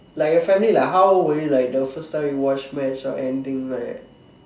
like your family like how will you like the first time you watch match like anything like that